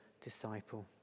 disciple